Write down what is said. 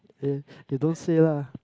then then don't say lah